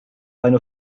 eine